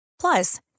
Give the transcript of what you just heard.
Plus